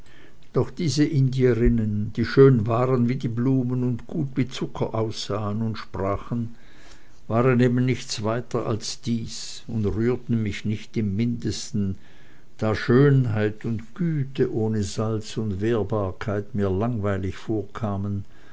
doch diese indierinnen die schön waren wie die blumen und gut wie zucker aussahen und sprachen waren eben nichts weiter als dies und rührten mich nicht im mindesten da schönheit und güte ohne salz und wehrbarkeit mir langweilig vorkamen